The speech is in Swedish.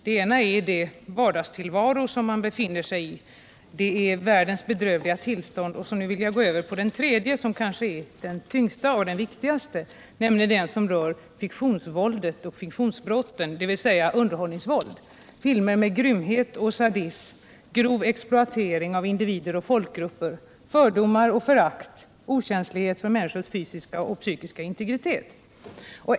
Det ena området är den vardagstillvaro som man befinner sig i, det andra är världens bedrövliga tillstånd och det tredje, som jag nu skall gå över till och som kanske är det tyngsta och viktigaste, nämligen fiktionsvåldet och fiktionsbrotten, dvs. underhållningsvåld, filmer med grymhet, sadism, grov exploatering av individer och folkgrupper, fördomar och förakt, okänslighet för människors fysiska och psykiska integritet.